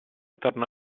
tornò